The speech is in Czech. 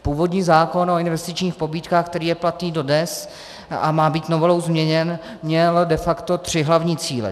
Původní zákon o investičních pobídkách, který je platný dodnes a má být novelou změněn, měl de facto tři hlavní cíle.